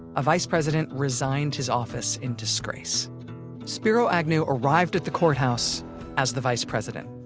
a vice president resigned his office in disgrace spiro agnew arrived at the courthouse as the vice president,